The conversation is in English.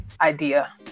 idea